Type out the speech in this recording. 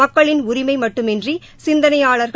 மக்களின் உரிமை மட்டுமின்றி சிந்தனையாளர்கள்